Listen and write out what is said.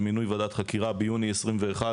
זה מינוי ועדה חקירה ביוני 2021,